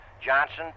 Johnson